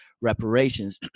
reparations